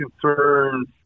concerns